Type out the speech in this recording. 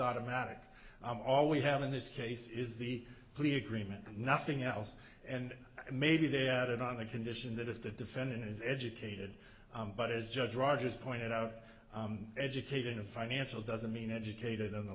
automatic all we have in this case is the plea agreement and nothing else and maybe they added on the condition that if the defendant is educated but as judge rogers pointed out educating a financial doesn't mean educated in the